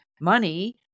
money